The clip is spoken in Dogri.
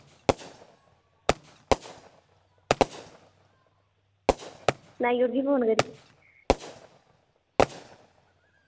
सनाई ओड़गी फोन करगी